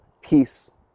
peace